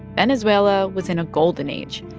venezuela was in a golden age.